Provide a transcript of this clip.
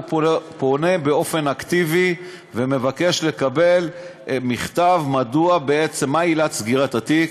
הוא פונה באופן אקטיבי ומבקש לקבל מכתב מה עילת סגירת התיק.